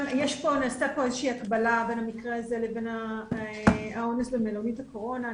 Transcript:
נעשתה פה איזושהי הקבלה בין המקרה הזה לבין האונס במלונית הקורונה.